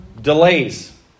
Delays